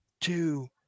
Two